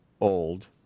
old